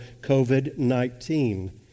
COVID-19